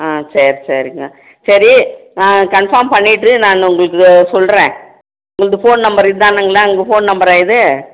ஆ சரி சரிங்க சரி நான் கன்ஃபாம் பண்ணிவிட்டு நாங்கள் உங்களுக்கு சொல்கிறேன் உங்களது ஃபோன் நம்பரு இதானுங்களா உங்க ஃபோன் நம்பரா இது